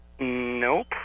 Nope